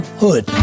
Hood. «